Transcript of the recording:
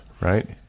right